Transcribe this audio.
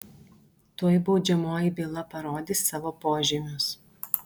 tuoj baudžiamoji byla parodys savo požymius